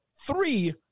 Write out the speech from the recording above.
three